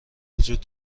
وجود